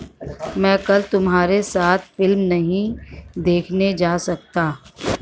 मैं कल तुम्हारे साथ फिल्म नहीं देखने जा सकता